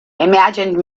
imagined